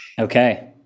Okay